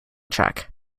track